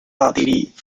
奥地利